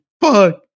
fuck